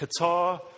Qatar